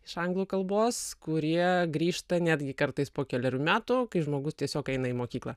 iš anglų kalbos kurie grįžta netgi kartais po kelerių metų kai žmogus tiesiog eina į mokyklą